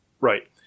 Right